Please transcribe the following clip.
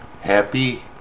happy